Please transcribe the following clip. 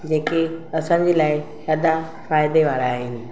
जंहिं खे असांजे लाइ ॾाढा फ़ाइदे वारा आहिनि